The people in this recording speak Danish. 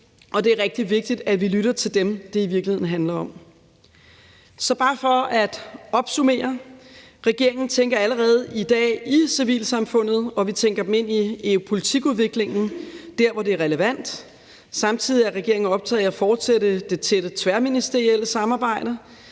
Og det rigtig vigtigt, at vi lytter til dem, det i virkeligheden handler om. For at opsummere vil jeg sige, at regeringen allerede i dag tænker i civilsamfundet, og vi tænker det ind i politikudviklingen der, hvor det relevant. Samtidig er regeringen optaget af at fortsætte det tætte tværministerielle samarbejde,